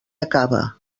acaba